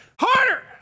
Harder